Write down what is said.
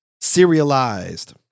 Serialized